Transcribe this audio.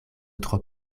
tro